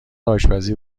آشپزی